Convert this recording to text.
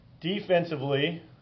Defensively